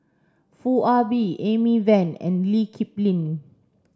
Foo Ah Bee Amy Van and Lee Kip Lin